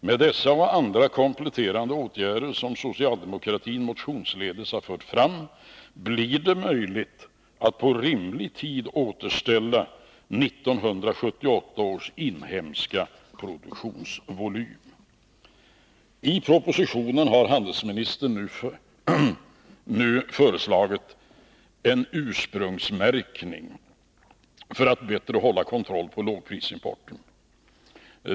Med dessa och andra kompletterande åtgärder, som socialdemokratin motionsledes har fört fram, blir det möjligt att inom rimlig tid återställa 1978 års inhemska produktionsvolym. I propositionen har handelsministern nu föreslagit en ursprungsmärkning för att hålla bättre kontroll på lågprisimporten.